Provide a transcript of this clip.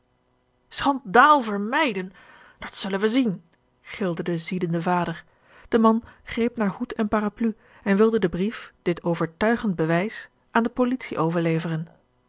schandaal vermijden dat zullen wij zien gilde de ziedende vader de man greep naar hoed en parapluie en wilde de brief dit overtuigend bewijs aan de politie overleveren